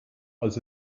als